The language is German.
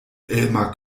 elmar